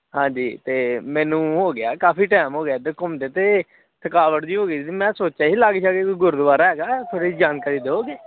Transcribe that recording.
ਹਾਂਜੀ ਅਤੇ ਮੈਨੂੰ ਹੋ ਗਿਆ ਕਾਫੀ ਟਾਈਮ ਹੋ ਗਿਆ ਇੱਧਰ ਘੁੰਮਦੇ ਅਤੇ ਥਕਾਵਟ ਜਿਹੀ ਹੋ ਗਈ ਸੀ ਮੈਂ ਸੋਚਿਆ ਸੀ ਲਾਗੇ ਛਾਗੇ ਕੋਈ ਗੁਰਦੁਆਰਾ ਹੈਗਾ ਥੋੜ੍ਹੀ ਜਾਣਕਾਰੀ ਦਿਓਗੇ